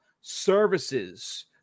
services